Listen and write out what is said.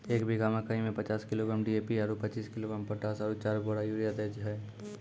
एक बीघा मे मकई मे पचास किलोग्राम डी.ए.पी आरु पचीस किलोग्राम पोटास आरु चार बोरा यूरिया दैय छैय?